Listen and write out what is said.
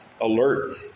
alert